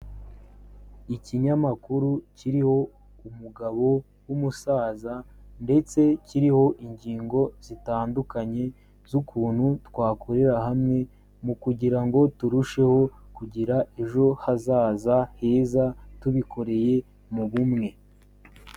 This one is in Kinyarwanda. Ikinyamakuru kiriho umugabo w'umusaza ndetse kiriho ingingo zitandukanye z'ukuntu twakorera hamwe, mu kugira ngo turusheho kugira ejo hazaza heza tubikoreye mu bumwe.